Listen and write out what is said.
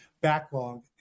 backlog